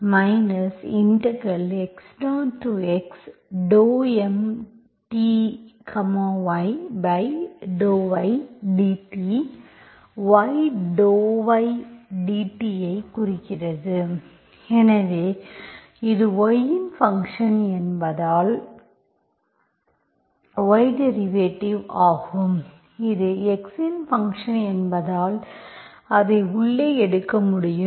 எனவே இது gyNxy x0xMty ∂ydt y ∂ydt ஐ குறிக்கிறது எனவே இது y இன் ஃபங்க்ஷன் என்பதால் y டெரிவேட்டிவ் ஆகும் இது x இன் ஃபங்க்ஷன் என்பதால் அதை உள்ளே எடுக்க முடியும்